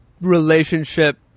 relationship